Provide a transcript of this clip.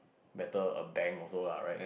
better err bank also lah right